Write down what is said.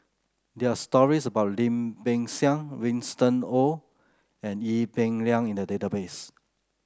there are stories about Lim Peng Siang Winston Oh and Ee Peng Liang in the database